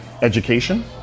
education